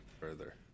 further